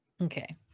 Okay